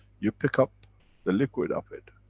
you pick up the liquid of it.